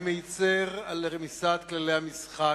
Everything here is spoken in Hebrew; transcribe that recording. אני מצר על רמיסת כללי המשחק,